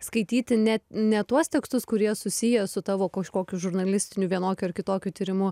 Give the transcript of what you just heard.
skaityti net ne tuos tekstus kurie susiję su tavo kažkokiu žurnalistiniu vienokiu ar kitokiu tyrimu